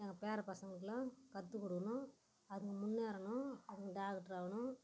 எங்கள் பேர பசங்களுக்கெல்லாம் கற்றுக்குடுக்கணும் அதுங்க முன்னேறணும் அதுங்க டாக்டர் ஆகணும்